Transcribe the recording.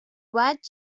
vaig